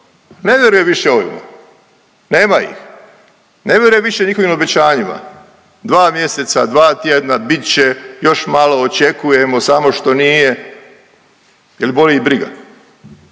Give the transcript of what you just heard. Ne vjeruje više ovima, nema ih, ne vjeruje više njihovim obećanjima, dva mjeseca, dva tjedna, bit će, još malo, očekujemo, samo što nije. Jel boli ih briga.